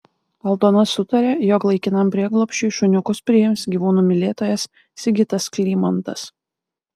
aldona sutarė jog laikinam prieglobsčiui šuniukus priims gyvūnų mylėtojas sigitas klymantas